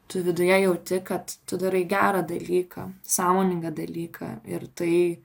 tu viduje jauti kad tu darai gerą dalyką sąmoningą dalyką ir tai